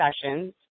sessions